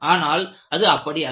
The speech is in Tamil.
ஆனால் அது அப்படி இல்லை